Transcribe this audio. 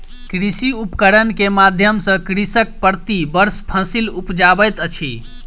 कृषि उपकरण के माध्यम सॅ कृषक प्रति वर्ष फसिल उपजाबैत अछि